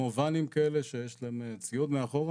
כמו ואן שיש להם ציוד מאחורה.